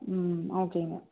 ம் ஓகேங்க